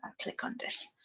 click on this.